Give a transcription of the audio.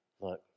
look